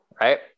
right